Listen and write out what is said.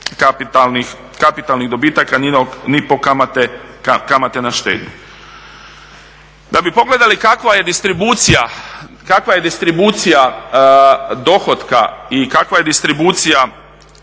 kapitalnih dobitaka ni po kamate na štednju. Da bi pogledali kakva je distribucija dohotka i kakva je distribucija